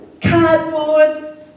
cardboard